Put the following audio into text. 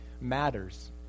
Matters